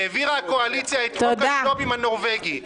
העבירה הקואליציה את חוק הג'ובים הנורווגי.